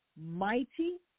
mighty